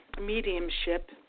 mediumship